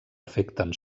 afecten